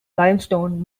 limestone